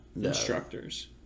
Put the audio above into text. instructors